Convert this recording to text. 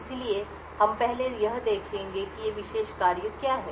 इसलिए हम पहले देखेंगे कि ये विशेष कार्य क्या हैं